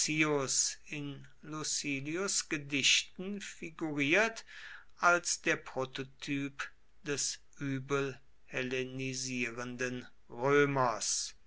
in lucilius gedichten figuriert als der prototyp des übel hellenisierenden römers